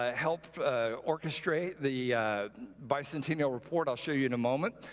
ah help orchestrate the bicentennial report i'll show you in a moment.